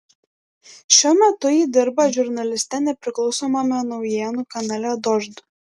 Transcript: šiuo metu ji dirba žurnaliste nepriklausomame naujienų kanale dožd